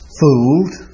fooled